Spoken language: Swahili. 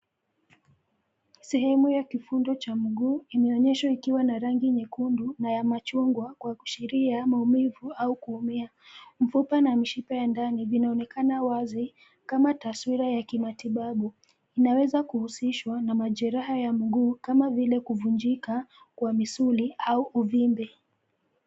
Sehemu ya kifundo cha mguu, imeonyeshwa ikiwa na rangi nyekundu, na ya machungwa, kwa kuashiria maumivu au kuumia. Mfupa na mishipa ya ndani vinaonekana wazi, kama taswira ya kimatibabu. Inaweza kuhusishwa, na majeraha ya mguu, kama vile kuvunjika kwa misuli, au uvimbe.